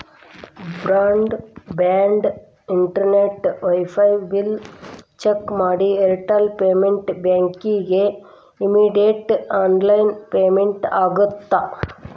broad band internet wifi bill check ಮಾಡಿ Airtel payment ಬ್ಯಾಂಕಿಗಿ immediate online payment ಆಗತ್ತಾ